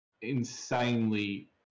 insanely